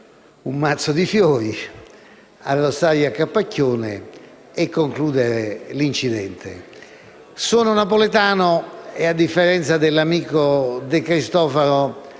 un mazzo di fiori a Rosaria Capacchione e concludere l'incidente. Sono napoletano e, a differenza dell'amico De Cristofaro,